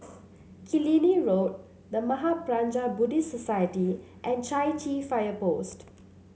Killiney Road The Mahaprajna Buddhist Society and Chai Chee Fire Post